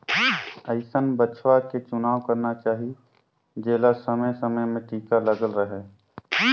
अइसन बछवा के चुनाव करना चाही जेला समे समे में टीका लगल रहें